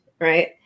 right